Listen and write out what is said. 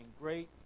great